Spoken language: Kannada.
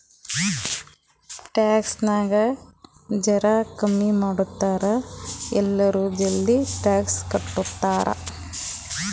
ಟ್ಯಾಕ್ಸ್ ನಾಗ್ ಜರಾ ಕಮ್ಮಿ ಮಾಡುರ್ ಎಲ್ಲರೂ ಜಲ್ದಿ ಟ್ಯಾಕ್ಸ್ ಕಟ್ತಾರ್